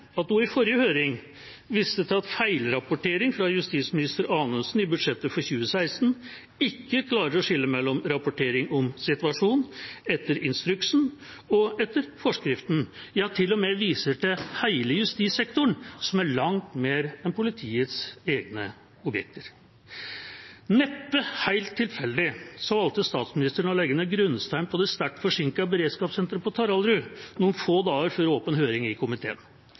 at hun i forrige høring viste til at en feilrapportering fra justisminister Anundsen i forbindelse med budsjettet for 2016 ikke klarer å skille mellom rapportering om situasjonen etter instruksen og etter forskriften – ja til og med viser til hele justissektoren, som er langt mer enn politiets egne objekter. Neppe helt tilfeldig valgte statsministeren å legge ned grunnsteinen til det sterkt forsinkede beredskapssenteret på Taraldrud noen få dager før åpen høring i komiteen.